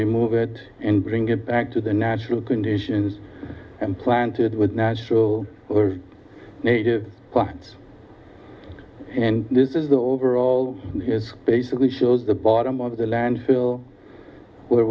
remove it and bring it back to the natural conditions and planted with natural native plants and this is the overall here's basically shows the bottom of the landfill where